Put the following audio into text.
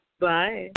Bye